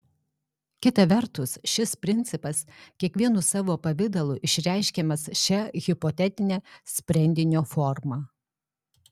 kita vertus šis principas kiekvienu savo pavidalu išreiškiamas šia hipotetine sprendinio forma